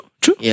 True